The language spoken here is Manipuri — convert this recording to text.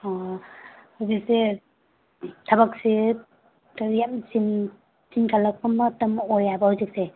ꯑꯣ ꯍꯧꯖꯤꯛꯁꯦ ꯊꯕꯛꯁꯤ ꯀꯔꯤ ꯌꯥꯝ ꯆꯤꯟꯈꯠꯂꯛꯄ ꯃꯇꯝ ꯑꯣꯏ ꯍꯥꯏꯕ ꯍꯧꯖꯤꯛꯁꯦ